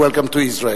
welcome to Israel.